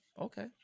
Okay